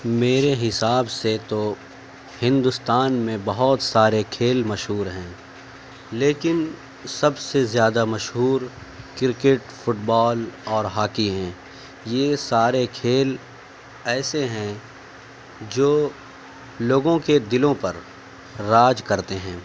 میرے حساب سے تو ہندوستان میں بہت سارے کھیل مشہور ہیں لیکن سب سے زیادہ مشہور کرکٹ فٹ بال اور ہاکی ہیں یہ سارے کھیل ایسے ہیں جو لوگوں کے دلوں پر راج کرتے ہیں